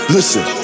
Listen